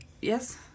Yes